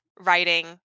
writing